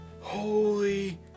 Holy